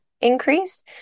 increase